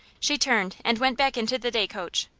she turned and went back into the day coach,